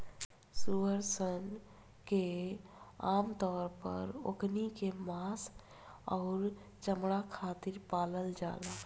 सूअर सन के आमतौर पर ओकनी के मांस अउरी चमणा खातिर पालल जाला